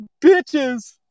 bitches